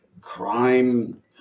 crime